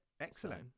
Excellent